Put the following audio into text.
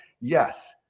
Yes